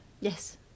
Yes